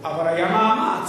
אבל היה מאמץ,